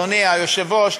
אדוני היושב-ראש,